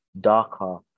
darker